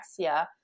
anorexia